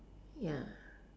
ya